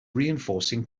reinforcing